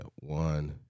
one